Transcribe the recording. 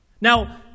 Now